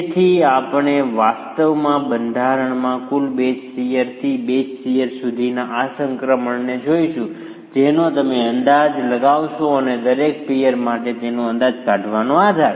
તેથી આજે આપણે વાસ્તવમાં બંધારણમાં કુલ બેઝ શીયરથી બેઝ શીયર સુધીના આ સંક્રમણને જોઈશું જેનો તમે અંદાજ લગાવશો અને દરેક પિઅર માટે તેનો અંદાજ કાઢવાનો આધાર